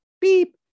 beep